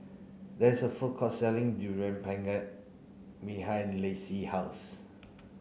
there is a food court selling durian pengat behind Lacie house